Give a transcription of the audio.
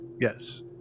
yes